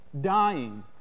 dying